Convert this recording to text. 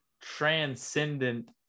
transcendent